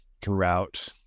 throughout